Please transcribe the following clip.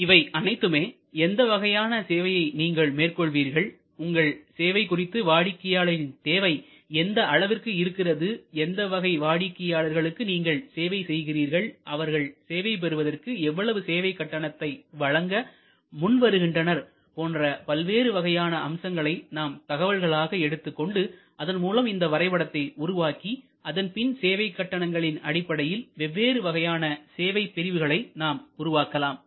இவை அனைத்துமே எந்தவகையான சேவையை நீங்கள் மேற்கொள்வீர்கள் உங்கள் சேவை குறித்து வாடிக்கையாளரின் தேவை எந்த அளவிற்கு இருக்கிறது எந்த வகை வாடிக்கையாளர்களுக்கு நீங்கள் சேவை செய்கிறீர்கள் அவர்கள் சேவை பெறுவதற்கு எவ்வளவு சேவைக் கட்டணத்தை வழங்க முன்வருகின்றனர் போன்ற பல்வேறு வகையான அம்சங்களை நாம் தகவல்களாக எடுத்துக்கொண்டு அதன் மூலம் இந்த வரைபடத்தை உருவாக்கி அதன் பின் சேவை கட்டணங்களின் அடிப்படையில் வெவ்வேறு வகையான சேவைபிரிவுகளை நாம் உருவாக்கலாம்